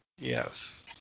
Yes